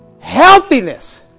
Healthiness